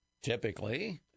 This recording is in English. typically